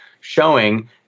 showing